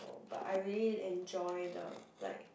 but I really enjoy the like